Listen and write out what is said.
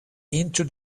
into